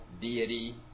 deity